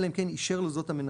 אלא אם כן אישר לו זאת המנהל.